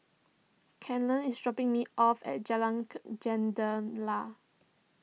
Kenley is dropping me off at Jalan Jendela